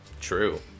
true